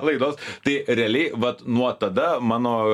laidos tai realiai vat nuo tada mano